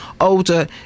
older